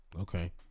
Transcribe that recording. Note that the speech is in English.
Okay